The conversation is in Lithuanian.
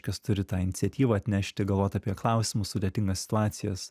kas turi tą iniciatyvą atnešti galvot apie klausimus sudėtingas situacijas